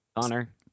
connor